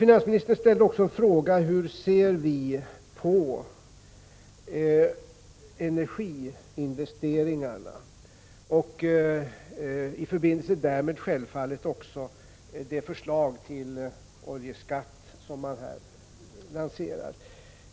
Finansministern ställde frågan hur vi ser på energiinvesteringarna och i förbindelse därmed självfallet också det förslag till oljeskatt som regeringen här lanserar.